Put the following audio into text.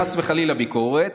חס וחלילה, ביקורת.